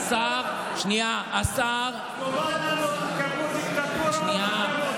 השר, תקבלו דיקטטורה, שנייה.